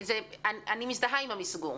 מזדהה עם המסגור.